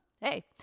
hey